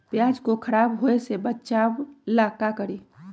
प्याज को खराब होय से बचाव ला का करी?